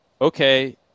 okay